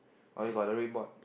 or you got the red board